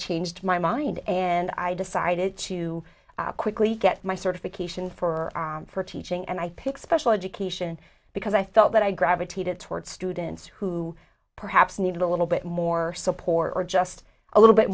changed my mind and i decided to quickly get my certification for for teaching and i pick special education because i felt that i gravitated toward students who perhaps needed a little bit more support or just a little bit